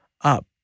up